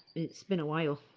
it's been a while.